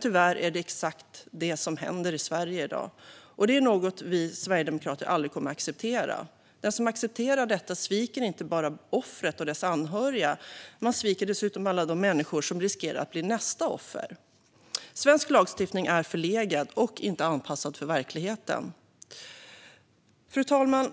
Tyvärr är det exakt det som händer i Sverige i dag, och det är något som vi sverigedemokrater aldrig kommer att acceptera. De som accepterar detta sviker inte bara offret och dess anhöriga. De sviker dessutom alla de människor som riskerar att bli nästa offer. Svensk lagstiftning är förlegad och inte anpassad till verkligheten. Fru talman!